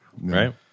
Right